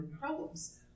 problems